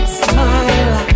smile